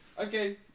Okay